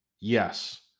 Yes